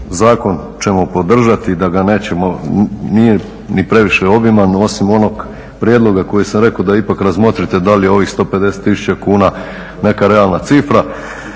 zakon ćemo podržati i da ga nećemo, nije ni previše obiman osim onog prijedloga koji sam rekao da ipak razmotrite da li je ovih 150 tisuća kuna neka realna cifra.